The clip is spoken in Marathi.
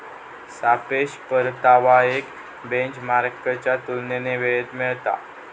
सापेक्ष परतावा एक बेंचमार्कच्या तुलनेत वेळेत मिळता